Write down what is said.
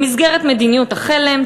במסגרת מדיניות החלם,